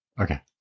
Okay